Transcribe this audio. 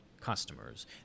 customers